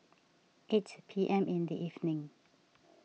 eight P M in the evening